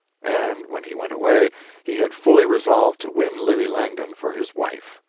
and when he went away he had fully resolved to win livy langdon for his wife.